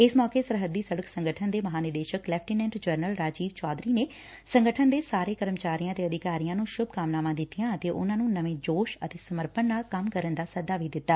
ਇਸ ਮੌਕੇ ਸਰਹੱਦੀ ਸੜਕ ਸੰਗਠਨ ਦੇ ਮਹਾ ਨਿਦੇਸ਼ਕ ਲੈਫ਼ਟੀਨੈਟ ਜਨਰਲ ਰਾਜੀਵ ਚੌਧਰੀ ਨੇ ਸੰਗਠਨ ਦੇ ਸਾਰੇ ਕਰਮਚਾਰੀਆਂ ਨੂੰ ਸੁੱਭਕਾਮਨਾਵਾਂ ਦਿੱਤੀਆਂ ਅਤੇ ਉਨ੍ਹਾਂ ਨੂੰ ਨਵੇਂ ਜੋਸ਼ ਅਤੇ ਸਮਰਪਣ ਨਾਲ ਕੰਮ ਕਰਨ ਦਾ ਸੱਦਾ ਦਿੱਤਾ